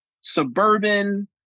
suburban